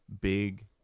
big